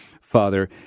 Father—